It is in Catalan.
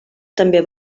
també